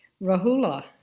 Rahula